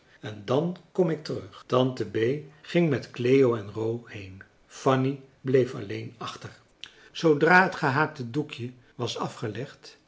en dan kom ik terug tante bee ging met cleo en ro heen fanny bleef alleen achter zoodra het gehaakte doekje was afgelegd